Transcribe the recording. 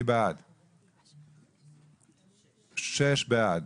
6 בעד.